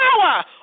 power